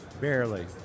Barely